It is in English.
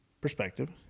perspective